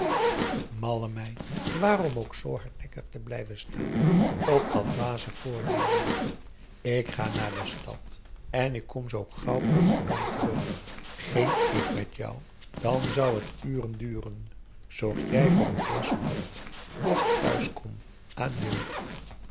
malle meid waarom ook zoo hardnekkig te blijven staan op dat dwaze voornemen ik ga naar de stad en ik kom zoo gauw als ik kan terug ging ik met jou dan zou het uren duren zorg jij voor een glas port als ik thuis kom adieu